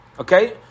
Okay